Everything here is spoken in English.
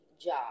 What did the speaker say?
job